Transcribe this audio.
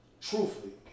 truthfully